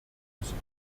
müssen